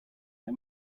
let